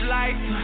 life